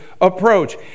approach